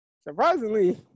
Surprisingly